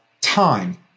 time